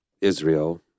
Israel